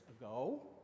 ago